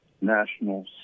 national